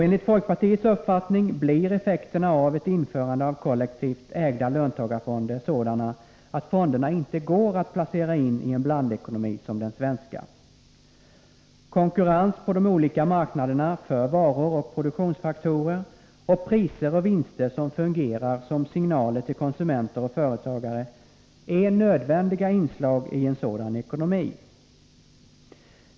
Enligt folkpartiets uppfattning blir effekterna av ett införande av kollektivt ägda löntagarfonder sådana att dessa inte går att placera in i en blandekonomi som den svenska. Konkurrens på de olika marknaderna för varor och produktionsfaktorer och priser och vinster som fungerar som signaler till konsumenter och företagare är nödvändiga inslag i en sådan ekonomi.